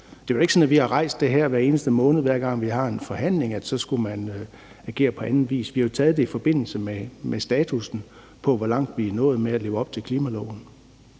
Det er jo ikke sådan, at vi har rejst det her hver eneste måned, eller hver gang vi har en forhandling, altså at man skulle agere på anden vis. Vi har jo taget det i forbindelse med statussen over, hvor langt vi er nået med at leve op til klimaloven.